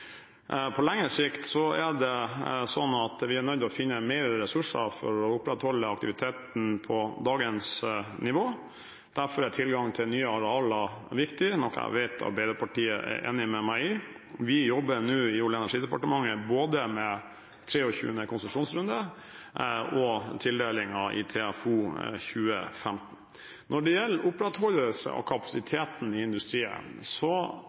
På lengre sikt er vi nødt til å finne mer ressurser for å opprettholde aktiviteten på dagens nivå. Derfor er tilgangen til nye arealer viktig, noe jeg vet Arbeiderpartiet er enig med meg i. Vi jobber nå i Olje- og energidepartementet både med 23. konsesjonsrunde og med tildelingen i TFO 2015. Når det gjelder opprettholdelse av kapasiteten i